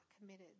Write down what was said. committed